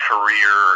career